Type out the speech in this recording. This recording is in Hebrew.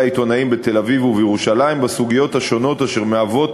העיתונאים בתל-אביב ובירושלים בסוגיות השונות אשר מהוות